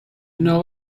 know